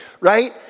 right